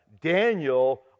Daniel